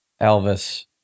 Elvis